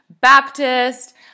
Baptist